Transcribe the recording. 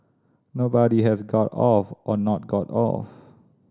nobody has got off or not got off